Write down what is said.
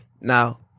Now